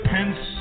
Pence